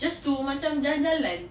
just to macam jalan-jalan